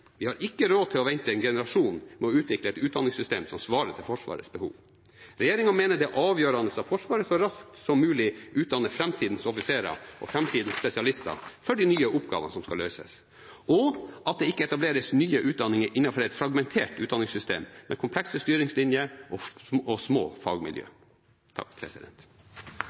Vi har ikke råd til å vente en generasjon med å utvikle et utdanningssystem som svarer til Forsvarets behov. Regjeringen mener det er avgjørende at Forsvaret så raskt som mulig utdanner framtidens offiserer og framtidens spesialister for de nye oppgavene som skal løses, og at det ikke etableres nye utdanninger innenfor et fragmentert utdanningssystem med komplekse styringslinjer og